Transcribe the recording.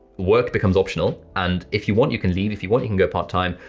work becomes optional and if you want you can leave, if you want you can go part-time,